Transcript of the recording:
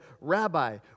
Rabbi